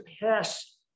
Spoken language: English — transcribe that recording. pass